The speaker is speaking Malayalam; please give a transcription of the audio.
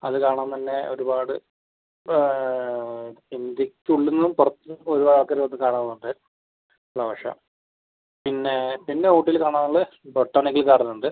അത് കാണാൻ തന്നെ ഒരുപാട് ഇന്ത്യക്ക് ഉള്ളിൽ നിന്നും പുറത്തുനിന്നും ഒരുപാട് ആൾക്കാർ വന്ന് കാണാറുണ്ട് ഫ്ളവർ ഷോ പിന്നെ പിന്ന ഊട്ടിയിൽ കാണാൻ ഉള്ളത് ബോട്ടാണിക്കൽ ഗാർഡൻ ഉണ്ട്